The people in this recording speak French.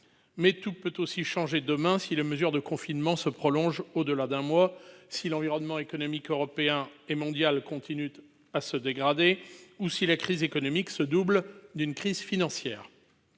mais tout peut aussi changer demain si les mesures de confinement se prolongent au-delà d'un mois, si l'environnement économique européen et mondial continue de se dégrader ou si la crise économique se double d'une crise financière.